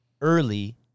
early